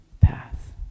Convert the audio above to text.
path